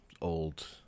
old